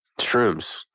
Shrooms